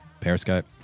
Periscope